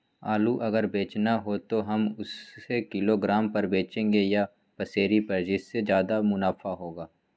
आलू अगर बेचना हो तो हम उससे किलोग्राम पर बचेंगे या पसेरी पर जिससे ज्यादा मुनाफा होगा?